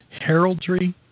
heraldry